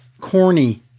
Corny